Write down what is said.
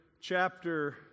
chapter